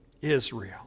Israel